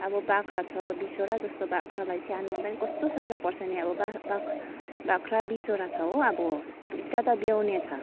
अब बाख्रा छ बिसवटा जस्तो बाख्रालाई स्याहार्नुलाई नि कस्तो साह्रो पर्छ नि अब बाख्रा बिसवटा छ हो अब दुइवटा त ब्याउने छ